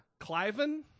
Cliven